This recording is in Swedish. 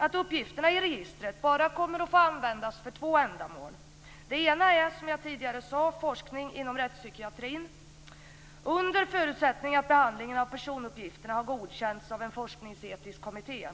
att uppgifterna i registret bara kommer att få användas för två ändamål. Det ena är, som jag tidigare sade, för forskning inom rättspsykiatrin, under förutsättning att behandlingen av personuppgifterna har godkänts av en forskningsetisk kommitté.